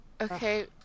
Okay